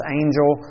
angel